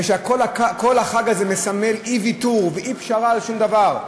וכל החג הזה מסמל אי-ויתור ואי-פשרה על שום דבר,